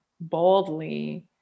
boldly